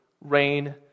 rain